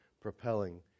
propelling